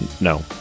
No